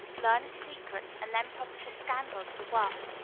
learn its secrets, and then publish a scandal to the world.